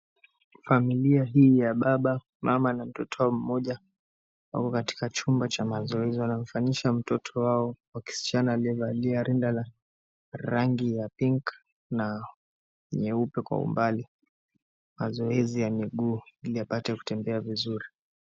Familia hii ya baba, mama na mtoto mmoja wako katika chumba cha mazoezi. Wanamfanyisha mtoto wao wa kischana aliyevalia rinda la rangi ya pink na nyeupe kwa umbali, mazoezi ya miguu ili apate kutembea vizuri.